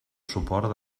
suport